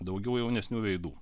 daugiau jaunesnių veidų